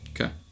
Okay